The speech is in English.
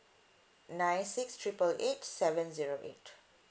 nine six triple eight seven zero eight